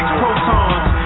protons